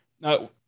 Now